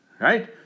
right